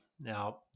now